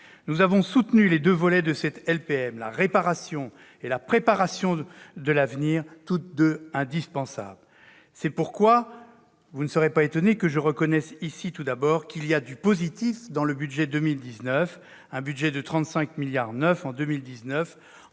Nous avons soutenu les deux volets de ce texte, la réparation et la préparation de l'avenir, tous les deux indispensables. C'est pourquoi vous ne serez pas étonnée que je reconnaisse ici, tout d'abord, qu'il y a du positif dans le projet de budget pour 2019,